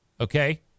Okay